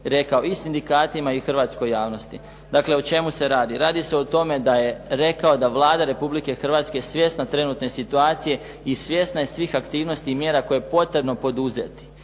rekao i sindikatima i hrvatskoj javnosti. Dakle, o čemu se radi. Radi se o tome da je rekao da je Vlada Republike Hrvatske svjesna trenutne situacije i svjesna je svih aktivnosti i mjera koje je potrebno poduzeti